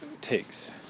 takes